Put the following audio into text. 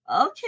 Okay